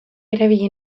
erabili